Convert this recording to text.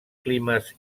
climes